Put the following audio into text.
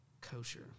kosher